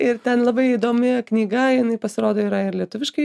ir ten labai įdomi knyga jinai pasirodo yra ir lietuviškai